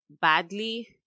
badly